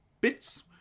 bits